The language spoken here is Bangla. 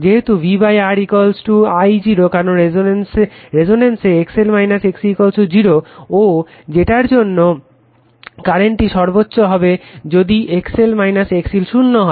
যেহেতু V R I 0 কারণ রেজনেন্সে XL XC 0 ও যেটার জন্য কারেন্টটি সর্বোচ্চ হবে যদি XL XC শূন্য হয়